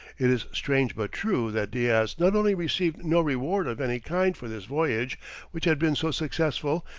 it is strange but true, that diaz not only received no reward of any kind for this voyage which had been so successful,